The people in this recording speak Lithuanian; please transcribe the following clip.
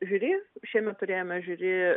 žiuri šiemet turėjome žiuri